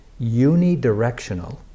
unidirectional